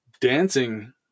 dancing